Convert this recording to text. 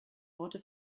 worte